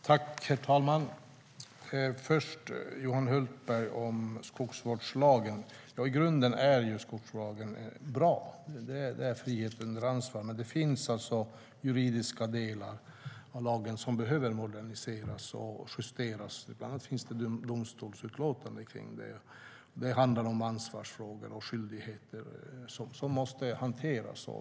Herr talman! Låt mig först kommentera det som Johan Hultberg sa om skogsvårdslagen. I grunden är skogsvårdslagen bra, det är frihet under ansvar, men det finns juridiska delar i lagen som behöver moderniseras och justeras. Bland annat finns det domstolsutslag om det. Det handlar om ansvarsfrågor och skyldigheter som måste hanteras.